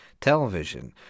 television